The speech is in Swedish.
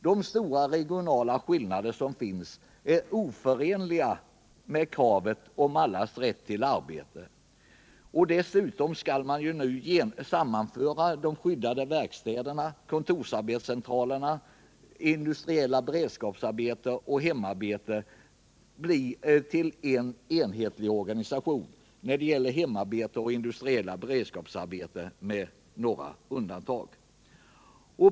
De stora regionala skillnader som nu finns är oförenliga med kravet på allas rätt till arbete. Dessutom skall ju nu de skyddade verkstäderna, kontorsarbetscentralerna, industriellt beredskapsarbete och hemarbete sammanföras till en enhetlig organisation — när det gäller hemarbete och industriellt beredskapsarbete dock med några undantag.